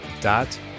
dot